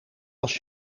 als